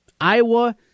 Iowa